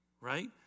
Right